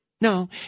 no